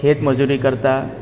ખેત મજૂરી કરતાં